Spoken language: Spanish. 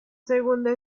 segunda